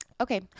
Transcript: Okay